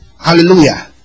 hallelujah